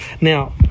now